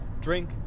drink